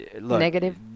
Negative